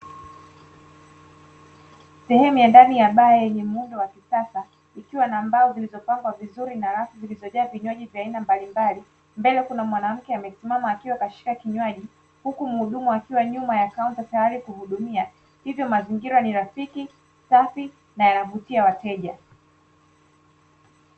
Sehemu ya ndani ya baa yenye muundo wa kisasa, ikiwa na mbao zilizopangwa vizuri na rafu zilizojaa vinywaji vya aina mbalimbali, mbele kuna mwanamke amesimama akiwa kashika kinywaji huku mhudumu akiwa nyuma ya kaunta tayari kuhudumia hivyo mazingira ni rafiki, safi na yanavutia wateja.